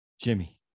Jimmy